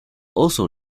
also